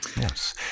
yes